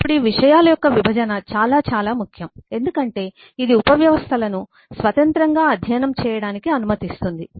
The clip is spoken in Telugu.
ఇప్పుడు ఈ విషయాల యొక్క విభజన చాలా చాలా ముఖ్యం ఎందుకంటే ఇది ఉపవ్యవస్థలను స్వతంత్రంగా అధ్యయనం చేయడానికి అనుమతిస్తుంది